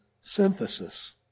synthesis